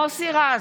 מוסי רז,